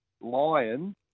Lion